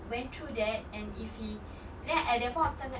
went through that and if he like at that point of time